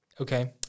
Okay